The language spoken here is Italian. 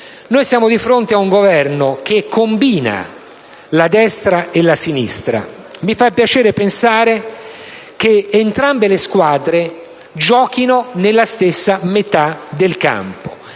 Siamo di fronte a un Governo che combina la destra e la sinistra, e mi fa piacere pensare che entrambe le squadre giochino nella stessa metà del campo;